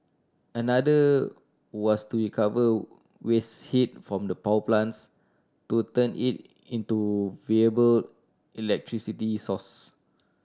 another was to recover waste heat from the power plants to turn it into viable electricity source